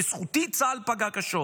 בזכותי צה"ל פגע קשות.